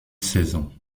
saison